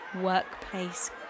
workplace